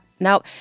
Now